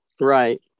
right